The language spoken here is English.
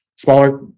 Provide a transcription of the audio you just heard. smaller